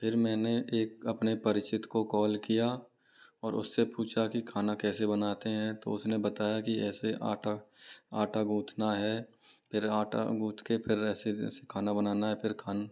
फिर मैंने एक अपने परिचित को कॉल किया और उस से पूछा कि खाना कैसे बनाते हैं तो उसने बताया कि ऐसे आटा आटा गूँदना है फिर आटा गूँद के फिर ऐसे जैसे खाना बनाना है फिर खान